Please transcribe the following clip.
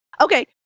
Okay